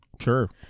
Sure